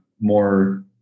more